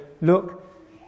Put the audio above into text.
Look